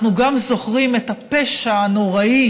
אנחנו זוכרים גם את הפשע הנוראי